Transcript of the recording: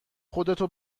خودتو